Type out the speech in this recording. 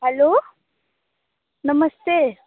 hello नमस्ते